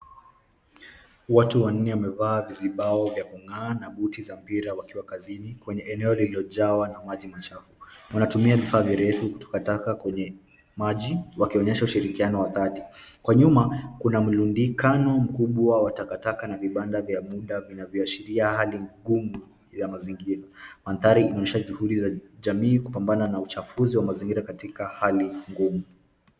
Watu wanne wamevaa vizibao vya kung'aa na buti za mpira wakiwa kazini kwenye eneo lililojawa na maji machafu. Wanatumia vifaa virefu kutoa taka kwenye maji wakionyesha ushirikiano wa dhati. Kwa nyuma, kuna mlundikano mkubwa wa takataka na vibanda vya muda vinavyoashiria hali ngumu ya mazingira. Mandhari inaonyesha juhudi za jamii kupambana na uchafuzi wa mazingira katika hali ngumu.